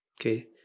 Okay